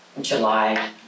July